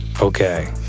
Okay